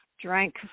drank